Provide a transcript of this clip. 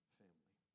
family